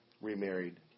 remarried